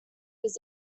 was